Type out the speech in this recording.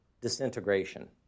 disintegration